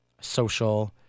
social